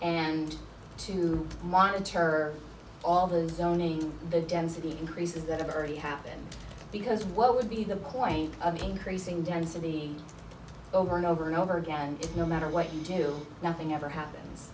and to monitor all the zoning the density increases that have already happened because what would be the point of making creasing density over and over and over again no matter what you do nothing ever happens